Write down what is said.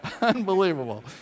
unbelievable